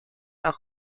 auch